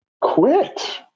quit